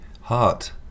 heart